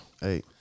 Hey